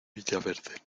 villaverde